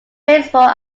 baseball